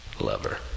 lover